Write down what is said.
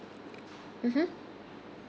mmhmm